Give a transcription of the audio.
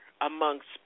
amongst